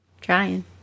Trying